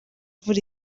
imvura